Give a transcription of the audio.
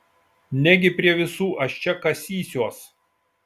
negi prie visų aš čia kasysiuos